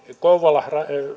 kouvola